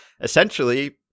essentially